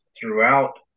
throughout